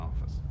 office